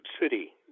City